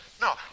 No